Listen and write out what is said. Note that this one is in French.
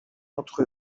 entre